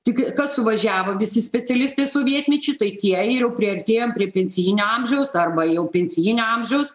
tik kas suvažiavo visi specialistai sovietmečiu tai tie ir jau priartėjom prie pensijinio amžiaus arba jau pensijinio amžiaus